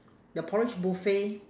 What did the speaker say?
the porridge buffet